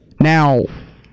Now